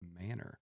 manner